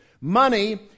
Money